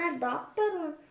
Doctor